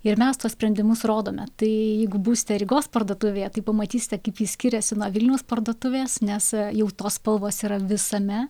ir mes tuos sprendimus rodome tai jeigu būsite rygos parduotuvėje tai pamatysite kaip ji skiriasi nuo vilniaus parduotuvės nes jau tos spalvos yra visame